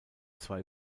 zwei